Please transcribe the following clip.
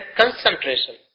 concentration